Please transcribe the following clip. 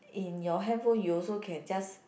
in your handphone you also can just